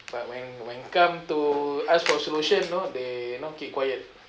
but when when come to ask for solution you know they you know keep quiet